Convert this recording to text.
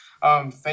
Thank